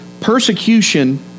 persecution